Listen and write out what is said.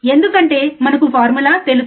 ఎందుకంటే మనకు ఫార్ములా తెలుసు